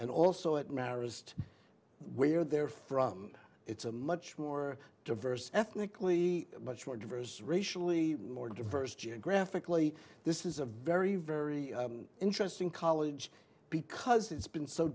and also it merest where they're from it's a much more diverse ethnically much more diverse racially more diverse geographically this is a very very interesting college because it's been so